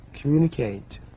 communicate